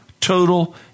total